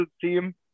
team